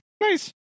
nice